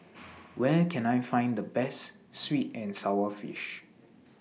Where Can I Find The Best Sweet and Sour Fish